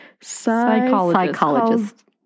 Psychologist